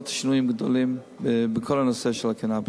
שינויים גדולים בכל הנושא של הקנאביס.